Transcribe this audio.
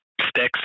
sticks